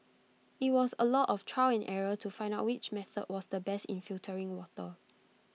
IT was A lot of trial and error to find out which method was the best in filtering water